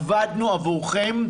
עבדנו עבורכם,